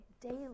daily